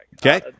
Okay